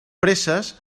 presses